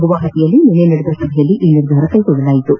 ಗುವಾಹಾತಿಯಲ್ಲಿ ನಿನ್ನೆ ನಡೆದ ಸಭೆಯಲ್ಲಿ ಈ ನಿರ್ಧಾರ ಕೈಗೊಳ್ಳಲಾಯಿತು